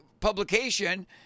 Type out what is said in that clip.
publication